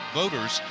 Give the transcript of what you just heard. voters